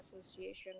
Association